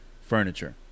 furniture